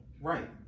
Right